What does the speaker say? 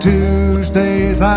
Tuesdays